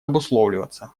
обусловливаться